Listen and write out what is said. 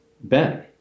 Ben